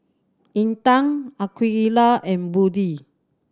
Intan Aqeelah and Budi